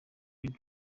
red